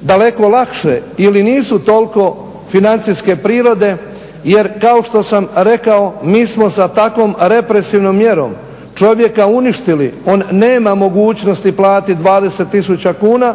daleko lakše ili nisu toliko financijske prirode? Jer kao što sam rekao, mi smo sa takvom represivnom mjerom čovjeka uništili. On nema mogućnosti platit 20 000 kuna